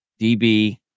DB